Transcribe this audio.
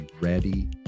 ready